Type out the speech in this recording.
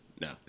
No